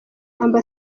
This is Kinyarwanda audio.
amb